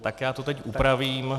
Tak to teď upravím.